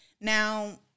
Now